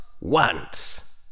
once